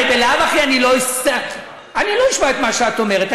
הרי בלאו הכי אני לא אשמע את מה שאת אומרת,